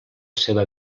seva